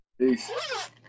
Peace